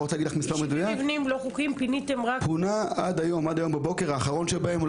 היום בבוקר פונה האחרון שבהם,